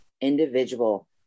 individual